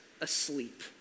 asleep